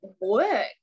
work